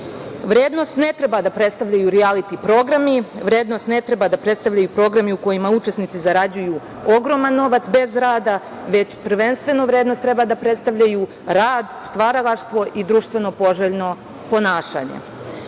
Vrednost ne treba da predstavljaju rijaliti programi, vrednost ne treba da predstavljaju programi u kojima učesnici zarađuju ogroman novac, bez rada, već prvenstveno vrednost treba da predstavljaju rad, stvaralaštvo i društveno poželjno ponašanje. Konkretno,